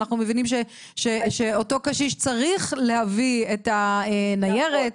אנחנו מבינים שאותו קשיש צריך להביא את הניירת,